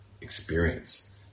experience